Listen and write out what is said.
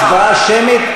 הצבעה שמית?